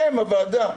אתם, הוועדה?